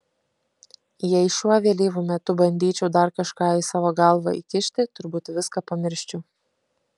jei šiuo vėlyvu metu bandyčiau dar kažką į savo galvą įkišti turbūt viską pamirščiau